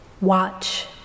watch